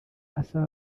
asaba